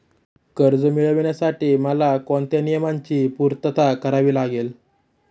कर्ज मिळविण्यासाठी मला कोणत्या नियमांची पूर्तता करावी लागेल?